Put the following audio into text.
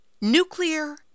Nuclear